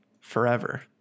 Forever